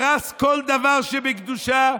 הרס כל דבר שבקדושה,